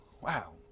Wow